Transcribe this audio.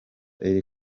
iri